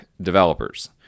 Developers